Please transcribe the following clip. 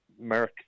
Mark